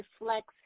reflects